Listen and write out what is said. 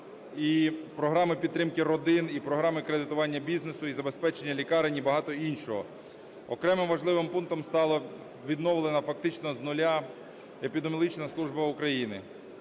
і програми підтримки родин, і програми кредитування бізнесу, і забезпечення лікарень, і багато іншого. Окремим важливим пунктом стало відновлена фактично з нуля епідеміологічна служби України.